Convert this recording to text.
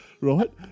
Right